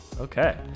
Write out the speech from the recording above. Okay